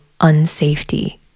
unsafety